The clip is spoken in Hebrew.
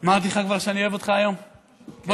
לא